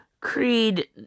Creed